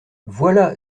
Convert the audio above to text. voilà